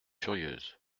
furieuse